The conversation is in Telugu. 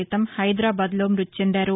క్రితం హైదరాబాద్లో మృతి చెందారు